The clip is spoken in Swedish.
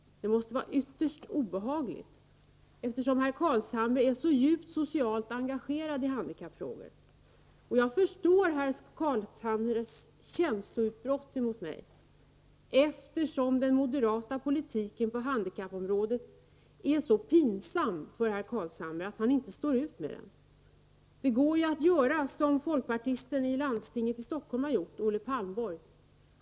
Det måste vara ytterst obehagligt, eftersom herr Carlshamre är så djupt engagerad i handikappfrågor. Jag förstår herr Carlshamres känsloutbrott mot mig, eftersom den moderata politiken på handikappområdet är så pinsam för herr Carlshamre att han inte står ut med den. Det går ju att göra som folkpartisten i landstinget i Stockholms län Olle Palmborg har gjort.